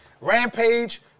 Rampage